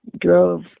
drove